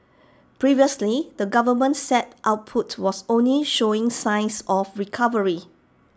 previously the government said output was only showing signs of recovery